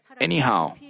Anyhow